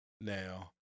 now